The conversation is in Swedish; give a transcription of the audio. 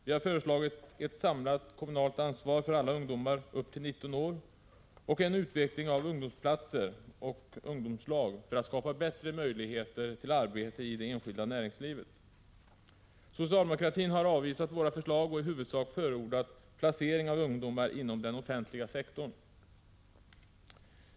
Vi har föreslagit ett samlat kommunalt ansvar för alla ungdomar upp till 19 år och en utveckling av ungdomsplatser och ungdomslag för att skapa bättre möjligheter till arbete i det enskilda näringslivet. Socialdemokratin har avvisat våra förslag och i huvudsak förordat placering av ungdomar inom den offentliga sektorn.